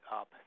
up